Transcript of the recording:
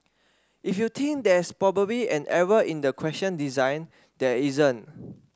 if you think there's probably an error in the question design there isn't